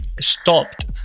stopped